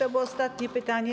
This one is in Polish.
To było ostatnie pytanie.